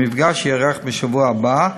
המפגש ייערך בשבוע הבא,